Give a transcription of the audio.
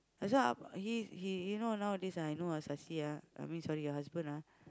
that's why he he he know nowadays ah he knows Sasi ah I mean sorry your husband ah